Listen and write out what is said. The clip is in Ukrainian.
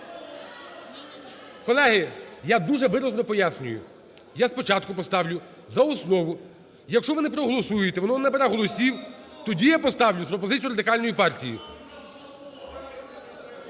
Колеги, я дуже виразно пояснюю. Я спочатку поставлю за основу. Якщо ви не проголосуєте, вона не набере голосів, тоді я поставлю з пропозицією Радикальної партії.